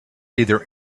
either